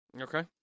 Okay